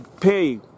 pay